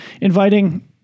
inviting